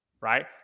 right